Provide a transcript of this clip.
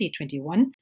2021